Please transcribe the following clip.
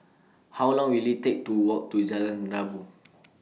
How Long Will IT Take to Walk to Jalan Rabu